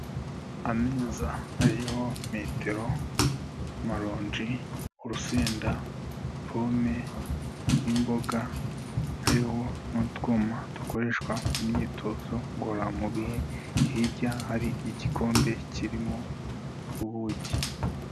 Ameza ariho metero, amarongi, urusenda, pome n'imboga, hariho n'utwuma dukoreshwa imyitozo ngororamubi, hirya hari igikombe kirimo ubuki.